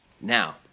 Now